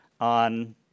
on